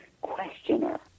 questioner